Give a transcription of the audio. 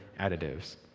additives